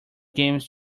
games